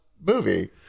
movie